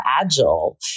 Agile